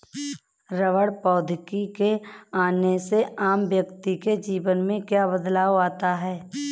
रबड़ प्रौद्योगिकी के आने से आम व्यक्ति के जीवन में क्या बदलाव आया?